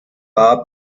war